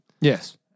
Yes